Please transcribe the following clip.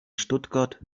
stuttgart